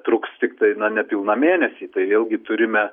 truks tiktai na nepilną mėnesį tai vėlgi turime